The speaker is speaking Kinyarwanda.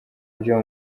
byo